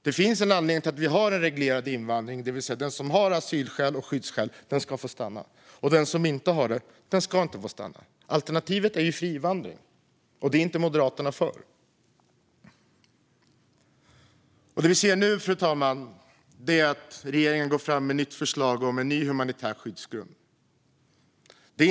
Det finns en anledning till att vi har en reglerad invandring, det vill säga att den som har asylskäl och skyddsskäl ska få stanna och att den som inte har det inte ska få stanna. Alternativet är fri invandring, och det är Moderaterna inte för. Det vi ser nu, fru talman, är att regeringen går fram med ett nytt förslag om en ny humanitär skyddsgrund.